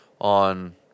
on